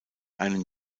einen